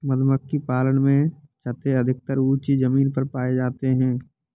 मधुमक्खी पालन में छत्ते अधिकतर ऊँची जमीन पर पाए जाते हैं